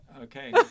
Okay